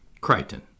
Crichton